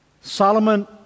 Solomon